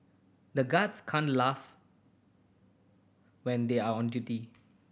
the guards can't laugh when they are on duty